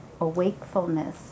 awakefulness